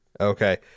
Okay